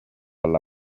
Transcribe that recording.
alla